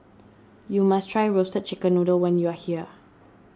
you must try Roasted Chicken Noodle when you are here